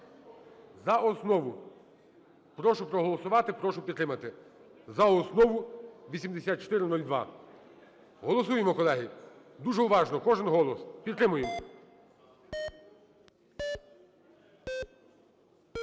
за основу 8402. Голосуємо, колеги, дуже уважно кожен голос, підтримуємо. 17:37:39